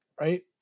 right